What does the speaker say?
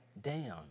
down